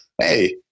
hey